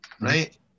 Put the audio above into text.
right